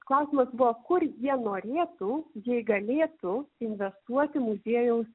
klausimas buvo kur jie norėtų jei galėtų investuoti muziejaus